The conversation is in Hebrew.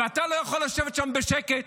ואתה לא יכול לשבת שם בשקט